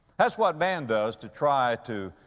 that's what man does to try to,